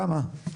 כמה?